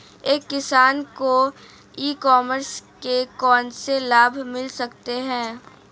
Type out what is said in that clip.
एक किसान को ई कॉमर्स के कौनसे लाभ मिल सकते हैं?